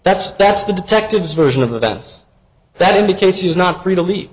that's that's the detective's version of events that indicates he was not free to leave